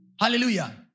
Hallelujah